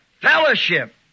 fellowship